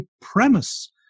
premise